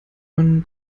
ein